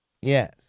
Yes